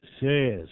says